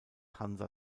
hansa